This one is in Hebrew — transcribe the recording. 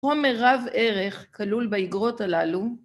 פה מרב ערך כלול באגרות הללו